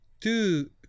two